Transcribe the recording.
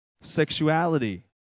sexuality